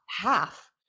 half